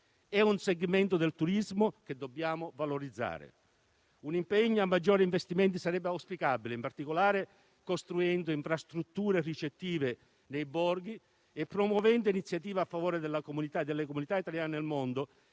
È un segmento del turismo che dobbiamo valorizzare. Sarebbe auspicabile un impegno a maggiori investimenti, in particolare costruendo infrastrutture ricettive nei borghi e promuovendo iniziative a favore delle comunità italiane nel mondo